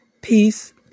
Peace